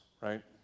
right